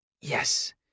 Yes